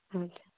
ᱟᱪᱪᱷᱟ